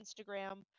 Instagram